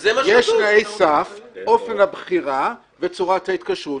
יש תנאי סף, אופן הבחירה וצורת ההתקשרות.